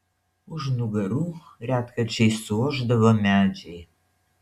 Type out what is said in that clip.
už nugarų retkarčiais suošdavo medžiai